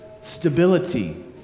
stability